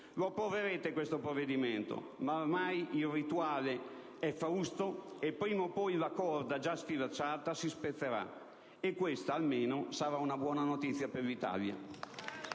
Lo approverete questo provvedimento, ma ormai il rituale è frusto, e prima o poi la corda, già sfilacciata, si spezzerà. E questa, almeno, sarà una buona notizia per l'Italia.